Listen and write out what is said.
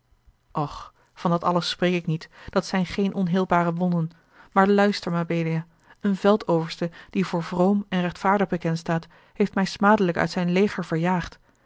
och van dat alles spreek ik niet dat zijn geen onheelbare wonden maar luister mabelia een veldoverste die voor vroom en rechtvaardig bekend staat heeft mij smadelijk uit zijn leger verjaagd